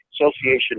association